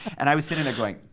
and i was sitting there going,